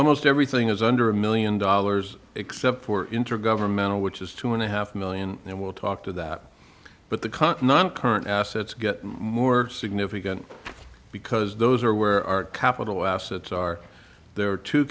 almost everything is under a million dollars except for intergovernmental which is two and a half million and we'll talk to that but the continent current assets get more significant because those are where our capital assets are there are two